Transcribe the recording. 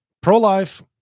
Pro-life